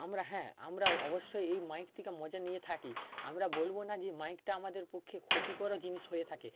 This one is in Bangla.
আমরা হ্যাঁ আমরা অবশ্যই এই মাইক থেকে মজা নিয়ে থাকি আমরা বলব না যে মাইকটা আমাদের পক্ষে ক্ষতিকরও জিনিস হয়ে থাকে